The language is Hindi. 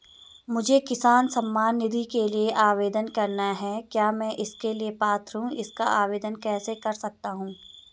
मुझे किसान सम्मान निधि के लिए आवेदन करना है क्या मैं इसके लिए पात्र हूँ इसका आवेदन कैसे कर सकता हूँ?